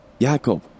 Jacob